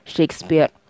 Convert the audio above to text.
Shakespeare